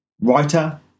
Writer